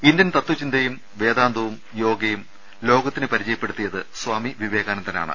Indian തത്വചന്തയും വേദാന്തവും യോഗയും ലോകത്തിന് പരിചയപ്പെടുത്തിയത് സ്വാമി വിവേകാനന്ദനാണ്